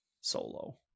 Solo